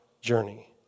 journey